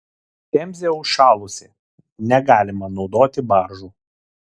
temzė užšalusi negalima naudoti baržų